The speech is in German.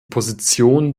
position